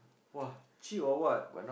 !wah! cheap or what